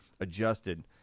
adjusted